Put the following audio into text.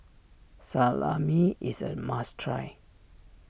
Salami is a must try